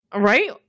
Right